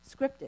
scripted